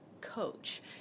coach